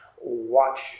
watch